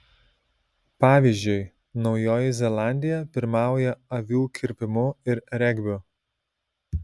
pavyzdžiui naujoji zelandija pirmauja avių kirpimu ir regbiu